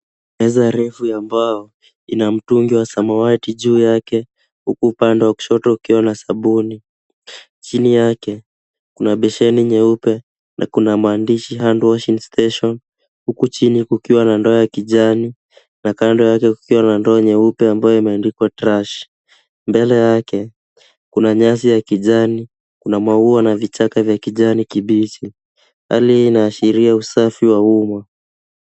Meza refu ya mbao ina mtungi wa samawati juu yake huku kando ya kushoto kukiwa na sabuni. Chini yake kuna beseni nyeupe na kuna maandishi handwashing station huku chini kukiwa na ndoo ya kijani na kando yake kukiwa na ndoo nyeupe ambayo imeandikwa trash . Mbele yake kuna nyasi ya kijani, kuna maua na vichaka vya kijani kibichi. Hali hii inaashiria usafi wa umma.